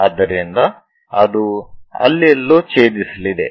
ಆದ್ದರಿಂದ ಅದು ಅಲ್ಲಿ ಎಲ್ಲೋ ಛೇದಿಸಲಿದೆ